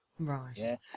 Right